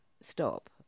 stop